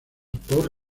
por